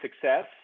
success